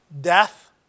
death